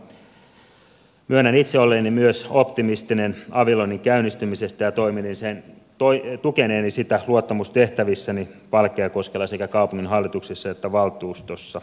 myönnän myös itse olleeni optimistinen avilonin käynnistymisestä ja tukeneeni sitä luottamustehtävissäni valkeakoskella sekä kaupunginhallituksessa että valtuustossa